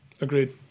agreed